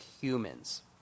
humans